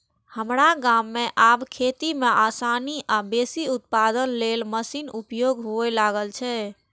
हमरा गाम मे आब खेती मे आसानी आ बेसी उत्पादन लेल मशीनक उपयोग हुअय लागल छै